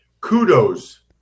kudos